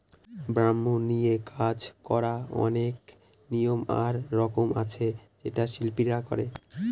bamboo নিয়ে কাজ করার অনেক নিয়ম আর রকম আছে যেটা শিল্পীরা করে